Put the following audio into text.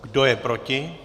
Kdo je proti?